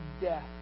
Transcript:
death